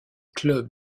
club